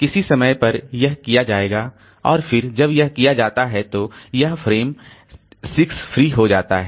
किसी समय पर यह किया जाएगा और फिर जब यह किया जाता है तो यह फ्रेम 6 फ्री हो जाता है